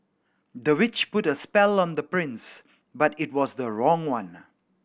the witch put a spell on the prince but it was the wrong one